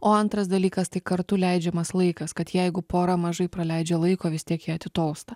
o antras dalykas tai kartu leidžiamas laikas kad jeigu pora mažai praleidžia laiko vis tiek jie atitolsta